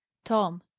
tom,